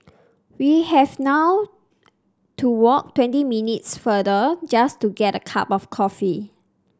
we have now to walk twenty minutes farther just to get a cup of coffee